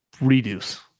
reduce